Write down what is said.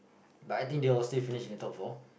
but I think they will still finish in the top four